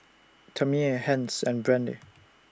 Tamie Hence and Brande